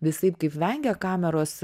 visaip kaip vengia kameros